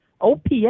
OPS